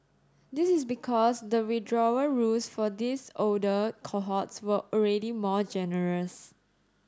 this is because the withdrawal rules for these older cohorts were already more generous